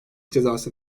cezası